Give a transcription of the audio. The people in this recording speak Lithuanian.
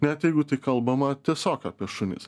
net jeigu tai kalbama tiesiog apie šunis